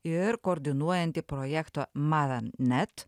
ir koordinuojanti projekto maven net